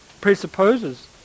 presupposes